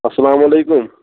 اَسلامُ عَلیکُم